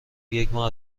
یکماه